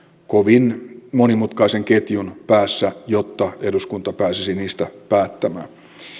kovin monimutkaisen ketjun päässä jotta eduskunta pääsisi niistä päättämään